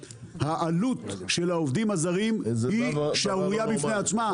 העלות של העובדים הזרים היא שערורייה בפני עצמה.